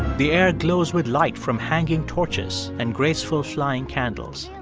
the air glows with light from hanging torches and graceful flying candles.